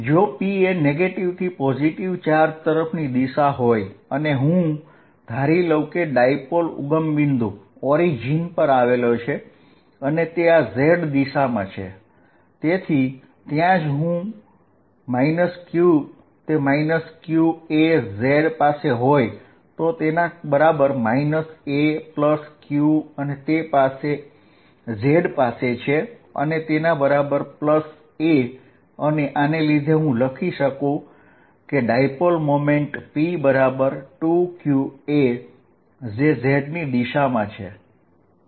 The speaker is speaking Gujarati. જો p એ નેગેટીવ થી પોઝિટિવ ચાર્જ તરફની દિશા હોય અને હું ધારી લઉ કે ડાયપોલ ઉગમ બિંદુ પર આવેલો છે અને તે આ z દિશામાં છે તેથી ત્યારે હું q ચાર્જ એ z a પાસે હશે અને q ચાર્જ એ za પાસે હશે અને આને લીધે હું લખી શકું કે ડાયપોલ મોમેન્ટ p એ 2qa બરાબર હશે જે z ની દિશામાં છે